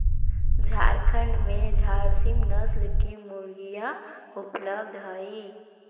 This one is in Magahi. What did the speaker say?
झारखण्ड में झारसीम नस्ल की मुर्गियाँ उपलब्ध हई